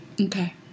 Okay